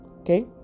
Okay